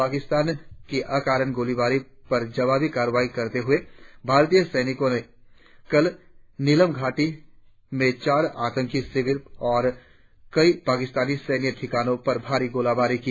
पाकिस्तान की अकारण गोलीबारी पर जवाबी कार्रवाई करते हुए भारतीय सैनिकों ने कल नीलम घाटी में चार आतंकी शिविरों और कई पाकिस्तानी सैन्य ठिकानों पर भारी गोलीबारी की